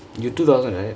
you two thousand right